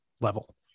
level